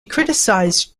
criticized